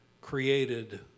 created